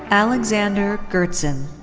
alexander goerzen.